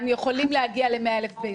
הם יכולים להגיע ל-100,000 ביום.